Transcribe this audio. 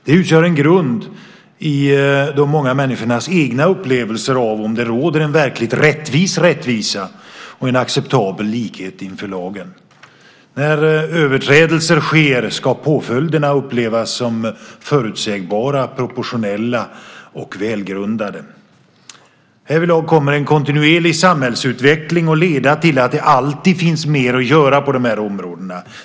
Det utgör en grund i de många människornas egna upplevelser av om det råder en verkligt rättvis rättvisa och en acceptabel likhet inför lagen. När överträdelser sker ska påföljderna upplevas som förutsägbara, proportionella och välgrundade. Härvidlag kommer en kontinuerlig samhällsutveckling att leda till att det alltid finns mer att göra på de här områdena.